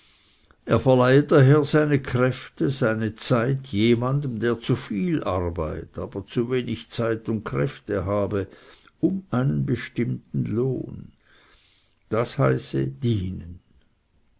daher seine kräfte seine zeit jemandem der zu viel arbeit aber zu wenig zeit und kräfte habe um einen bestimmten lohn das heiße dienen